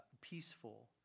peaceful